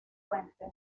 fuente